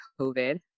COVID